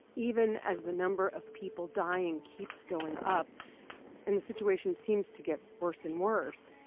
even as the number of people dying keeps going up and the situation seems to get worse and worse,